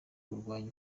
kurwanya